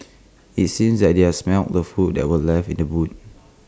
IT seemed that they are smelt the food that were left in the boot